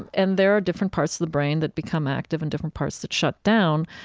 and and there are different parts of the brain that become active and different parts that shut down.